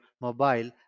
mobile